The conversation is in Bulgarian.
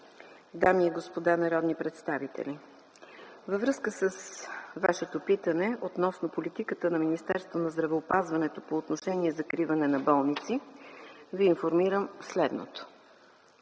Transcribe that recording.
дами и господа народни представители! Във връзка с Вашето питане относно политиката на Министерството на здравеопазването по отношение на закриването на болници Ви информирам следното.